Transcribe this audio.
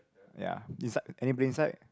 ya inside anybody inside